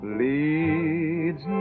leads